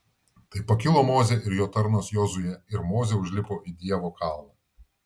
tai pakilo mozė ir jo tarnas jozuė ir mozė užlipo į dievo kalną